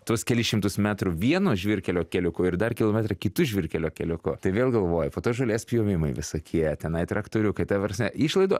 tuos kelis šimtus metrų vieno žvyrkelio keliuko ir dar kilometrą kitu žvyrkelio keliuku tai vėl galvoji po to žolės pjovimai visokie tenai traktoriukai ta prasme išlaidų